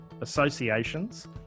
associations